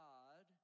God